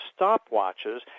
stopwatches